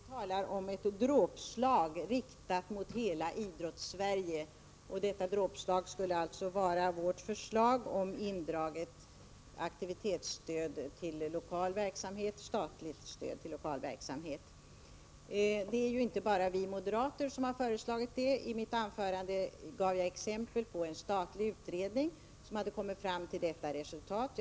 Herr talman! Berit Oscarsson talar om ett dråpslag riktat mot hela Idrottssverige. Detta dråpslag skulle vara vårt förslag om indraget statligt aktivitetsstöd till lokal verksamhet. Det är ju inte bara vi moderater som föreslagit detta. I mitt anförande gav jag exempel på en statlig utredning som kommit fram till samma resultat.